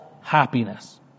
happiness